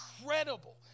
incredible